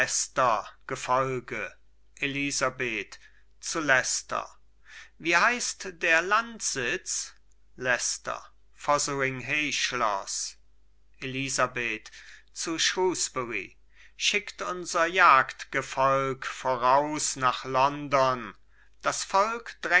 gefolge elisabeth zu leicester wie heißt der landsitz leicester fotheringhayschloß elisabeth zu shrewsbury schickt unser jagdgefolg voraus nach london das volk